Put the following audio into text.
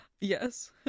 Yes